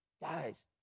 Guys